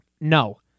no